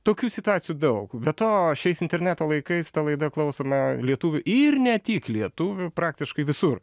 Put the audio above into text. tokių situacijų daug be to šiais interneto laikais ta laida klausoma lietuvių ir ne tik lietuvių praktiškai visur